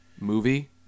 movie